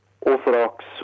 orthodox